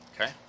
Okay